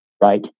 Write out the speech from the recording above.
right